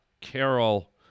Carol